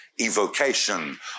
evocation